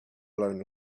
blown